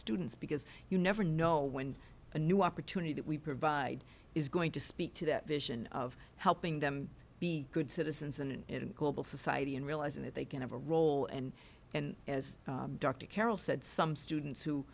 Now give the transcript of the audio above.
students because you never know when a new opportunity that we provide is going to speak to that vision of helping them be good citizens and in global society and realizing that they can have a role and and as dr carroll said some students who